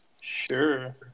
Sure